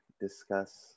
discuss